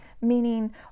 meaning